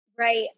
Right